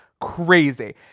crazy